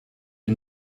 you